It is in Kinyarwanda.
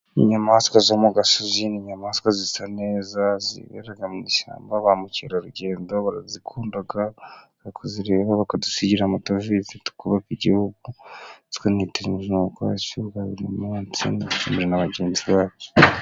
Inyamaswa zo mu gasozi ni inyayamaswa zisa neza zibera mu ishyamba ba mukerarugendo barazikunda nko kuzireba bakadusigira amadovoze tukubaka igihugu tuhitiri mu bwozi bwa buri munsi na bagenzi bacu.